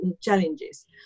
challenges